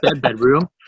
bedroom